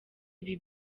ibi